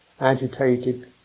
agitated